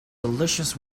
delicious